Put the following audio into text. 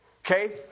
Okay